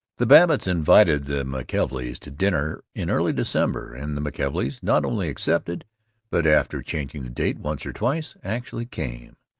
the babbitts invited the mckelveys to dinner, in early december, and the mckelveys not only accepted but, after changing the date once or twice, actually came.